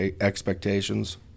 expectations